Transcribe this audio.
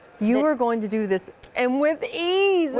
you are going to do this and with ease.